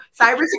cybersecurity